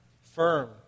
Firm